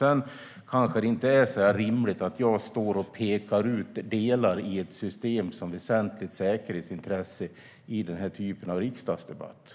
Sedan kanske det inte är rimligt att jag pekar ut delar i ett system som väsentligt säkerhetsintresse i den här typen av riksdagsdebatt.